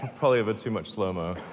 probably a bit too much slow-mo.